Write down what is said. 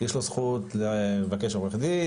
יש לו זכות לבקש עו"ד,